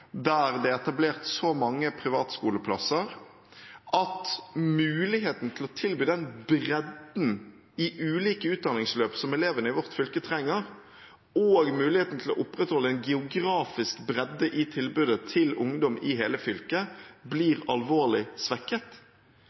der det er etablert så mange privatskoleplasser at muligheten til å tilby den bredden i ulike utdanningsløp som elevene i vårt fylke trenger, og muligheten til å opprettholde en geografisk bredde i tilbudet til ungdom i hele fylket blir alvorlig svekket.